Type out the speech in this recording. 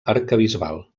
arquebisbal